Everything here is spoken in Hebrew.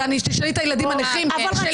תשאלי את הילדים הנכים שלי.